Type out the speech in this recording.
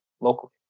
locally